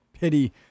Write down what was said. pity